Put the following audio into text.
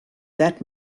that